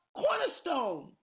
cornerstone